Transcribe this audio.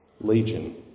Legion